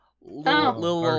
Little